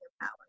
power